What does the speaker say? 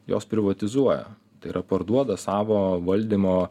jos privatizuoja tai yra parduoda savo valdymo